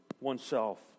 oneself